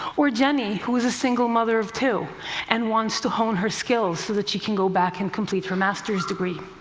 or jenny, who is a single mother of two and wants to hone her skills so that she can go back and complete her master's degree.